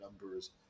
numbers